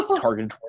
Targeted